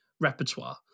repertoire